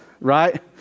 right